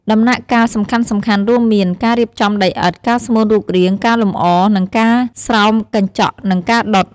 ដំណាក់កាលសំខាន់ៗរួមមាន៖ ការរៀបចំដីឥដ្ឋ ការស្មូនរូបរាង ការលម្អ និងការស្រោបកញ្ចក់និងការដុត។